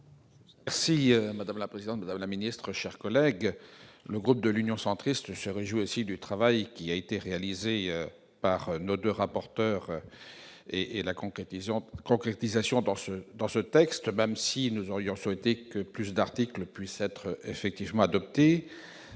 vote. Madame la présidente, madame la secrétaire d'État, mes chers collègues, le groupe Union Centriste se réjouit également du travail réalisé par nos deux rapporteurs et de sa concrétisation dans ce texte, même si nous aurions souhaité que plus d'articles puissent être effectivement adoptés.